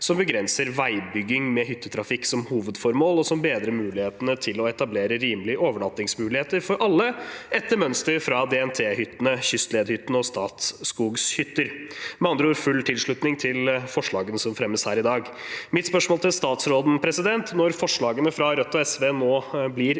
som begrenser veibygging med hyttetrafikk som hovedformål, og som bedrer mulighetene til å etablere rimelige overnattingsmuligheter for alle, etter mønster fra DNT-hyttene, kystledhyttene og Statskogs hytter – med andre ord full tilslutning til forslagene som fremmes her i dag. Mitt spørsmål til statsråden er: Når forslagene fra Rødt og SV nå blir